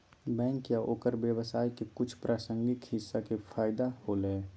bank या ओकर व्यवसाय के कुछ प्रासंगिक हिस्सा के फैदा होलय